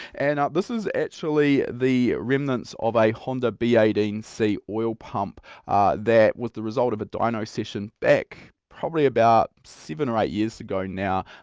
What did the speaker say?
and this is actually the remnants of a honda b one eight c oil pump that with the result of a dyno session back probably about seven or eight years ago now,